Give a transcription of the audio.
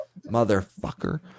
Motherfucker